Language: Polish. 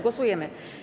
Głosujemy.